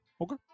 Okay